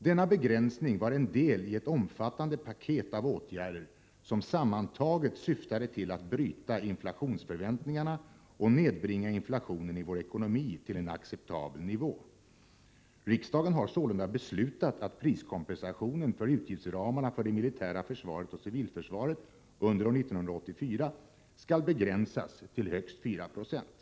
Denna begränsning var en del i ett omfattande paket av åtgärder, som sammantaget syftade till att bryta inflationsförväntningarna och nedbringa inflationen i vår ekonomi till en acceptabel nivå. Riksdagen har sålunda beslutat att priskompensationen för utgiftsramarna för det militära försvaret och civilförsvaret under år 1984 skall begränsas till högst 4 96.